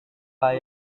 pak